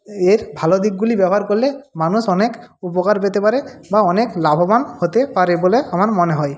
এর ভালো দিকগুলি ব্যবহার করলে মানুষ অনেক উপকার পেতে পারে বা অনেক লাভবান হতে পারে বলে আমার মনে হয়